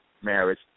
marriage